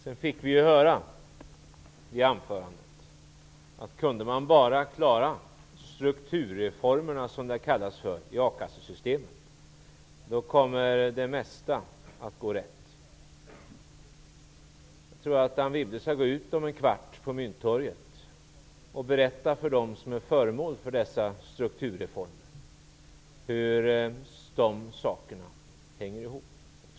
Vi fick höra i anförandet att det mesta kommer att gå rätt om vi bara kan klara det som har kallats strukturreformerna i a-kassesystemet. Jag tror att Anne Wibble skall gå ut på Mynttorget om en kvart och berätta för dem som är föremål för dessa strukturreformer hur sakerna hänger ihop.